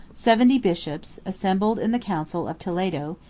seventy bishops, assembled in the council of toledo,